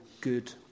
good